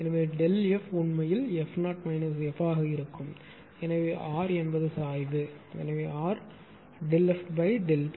எனவே ΔF உண்மையில் f0 f ஆக இருக்கும் எனவே R சாய்வு எனவே R FΔP